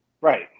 Right